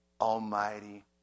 almighty